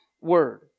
word